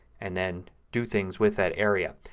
and then do things with that area.